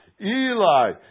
Eli